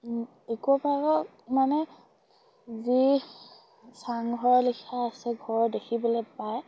eco পাৰ্কত মানে যি চাংঘৰ লিখা আছে ঘৰ দেখিবলে পায়